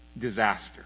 disaster